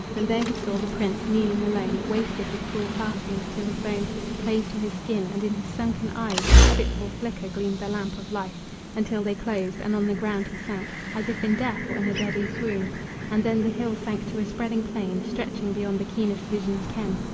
and there he saw the prince, kneeling alone, wasted with cruel fastings till his bones clave to his skin, and in his sunken eyes with fitful flicker gleamed the lamp of life until they closed, and on the ground he sank, as if in death or in a deadly swoon and then the hill sank to a spreading plain, stretching beyond the keenest vision's ken,